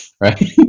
right